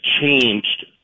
changed